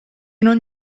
non